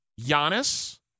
Giannis